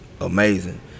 amazing